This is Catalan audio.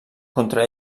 contra